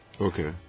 Okay